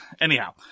anyhow